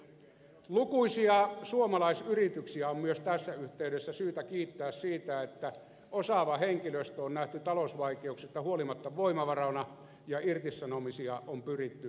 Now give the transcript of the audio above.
lukuisia suomalaisyrityksiä on myös tässä yhteydessä syytä kiittää siitä että osaava henkilöstö on nähty talousvaikeuksista huolimatta voimavarana ja irtisanomisia on pyritty välttämään